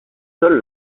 seule